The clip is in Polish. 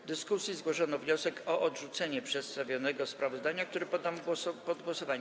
W dyskusji zgłoszono wniosek o odrzucenie przedstawionego sprawozdania, który poddam pod głosowanie.